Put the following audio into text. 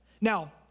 Now